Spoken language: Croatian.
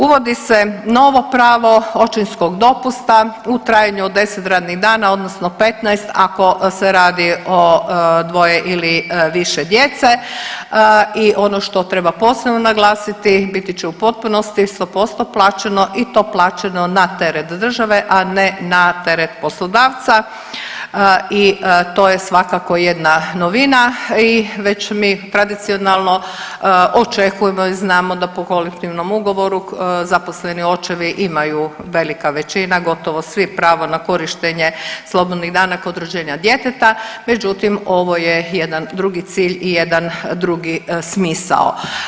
Uvodi se novo pravo očinskog dopusta u trajanju od 10 radnih dana, odnosno 15 ako se radi o dvoje ili više djece i ono što treba posebno naglasiti, biti će u potpunosti 100% plaćeno i to plaćeno na teret države, a ne na teret poslodavca i to je svakako jedna novina i već mi tradicionalno očekujemo i znamo da po kolektivnom ugovoru zaposleni očevi imaju velika većina, gotovo svi, pravo na korištenje slobodnih dana kod rođenja djeteta, međutim, ovo je jedan drugi cilj i jedan drugi smisao.